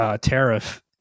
tariff